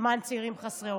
למען צעירים חסרי עורף.